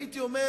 הייתי אומר: